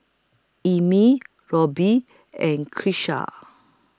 Emmie Roby and Keesha